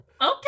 Okay